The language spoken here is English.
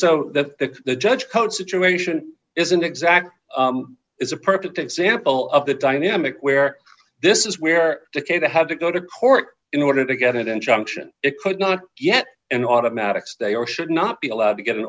so that the judge current situation isn't exactly is a perfect example of the dynamic where this is where the case they have to go to court in order to get it and junction it could not yet an automatic stay or should not be allowed to get an